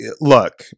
look